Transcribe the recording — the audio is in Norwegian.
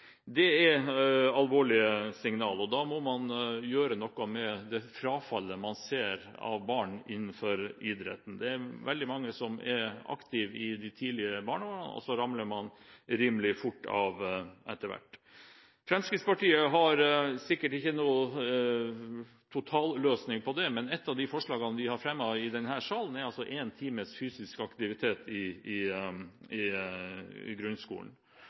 Det er alvorlige signaler, og da må man gjøre noe med det frafallet av barn man ser innenfor idretten. Det er veldig mange som er aktive i de tidlige barneårene, og så ramler man rimelig fort av etter hvert. Fremskrittspartiet har sikkert ikke noen totalløsning på dette, men ett av de forslagene vi har fremmet i denne salen, gjelder én times fysisk aktivitet hver dag i grunnskolen. Det stemte de andre partiene i